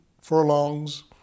furlongs